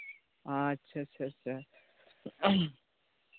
ᱟᱪᱪᱷᱟ ᱟᱪᱪᱷᱟ ᱟᱪᱪᱷᱟ